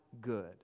good